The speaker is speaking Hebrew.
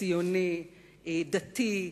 ציוני, דתי,